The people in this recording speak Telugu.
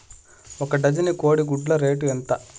ఒక డజను కోడి గుడ్ల రేటు ఎంత?